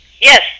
Yes